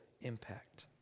impact